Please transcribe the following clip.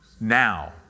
now